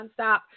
nonstop